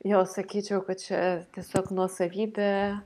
jo sakyčiau kad čia tiesiog nuosavybė